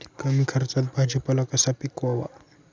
कमी खर्चात भाजीपाला कसा पिकवावा?